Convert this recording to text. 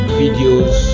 videos